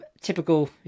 typical